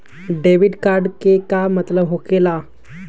Debit card के का मतलब होकेला?